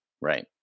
Right